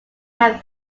had